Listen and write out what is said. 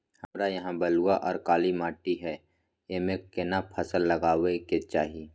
हमरा यहाँ बलूआ आर काला माटी हय ईमे केना फसल लगबै के चाही?